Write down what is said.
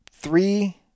Three